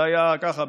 זה היה ככה,